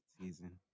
season